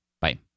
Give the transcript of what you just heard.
Bye